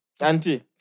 Auntie